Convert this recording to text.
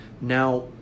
Now